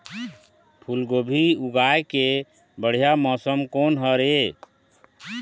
फूलगोभी उगाए के बढ़िया मौसम कोन हर ये?